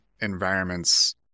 environments